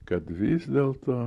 kad vis dėlto